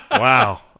Wow